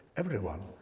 everyone,